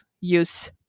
use